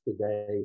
today